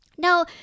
Now